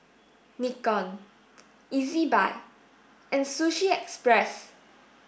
Nikon Ezbuy and Sushi Express